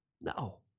No